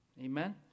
Amen